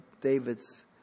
David's